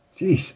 Jeez